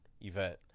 event